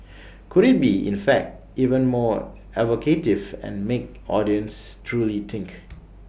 could IT be in fact even more evocative and make audiences truly think